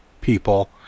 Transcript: people